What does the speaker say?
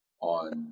on